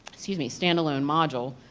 excuse me, stand alone module